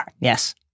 Yes